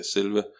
Selve